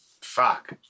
Fuck